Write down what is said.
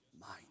mind